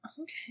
Okay